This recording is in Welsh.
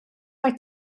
mae